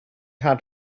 had